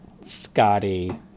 scotty